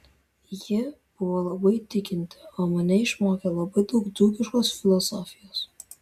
ji buvo labai tikinti o mane išmokė labai daug dzūkiškos filosofijos